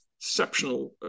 exceptional